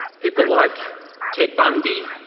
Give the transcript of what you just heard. people like ted bundy,